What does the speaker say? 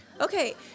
okay